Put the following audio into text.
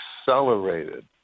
accelerated